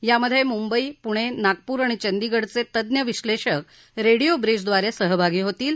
यामधे मुंबई पुणे नागपूर आणि चंदिगडचे तज्ज्ञ विश्लेषक रेडिओ ब्रिजद्वारे सहभागी होतील